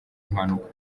impanuka